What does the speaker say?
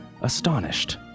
astonished